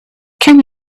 can